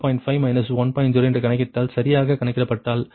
0 என்று கணக்கிடினால் சரியாகக் கணக்கிடப்பட்டால் 0